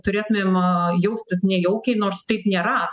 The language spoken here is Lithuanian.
turėtumėm jaustis nejaukiai nors taip nėra